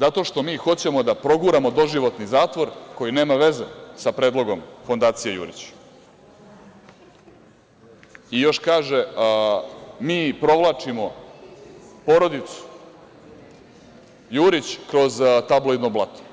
zato što mi hoćemo da proguramo doživotni zatvor koji nema veze sa predlogom Fondacije „Jurić“ i još kaže da mi provlačimo porodicu Jurić kroz tabloidno blato.